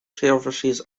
services